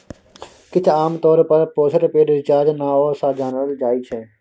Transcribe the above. किछ आमतौर पर पोस्ट पेड रिचार्ज नाओ सँ जानल जाइ छै